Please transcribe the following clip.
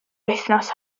wythnos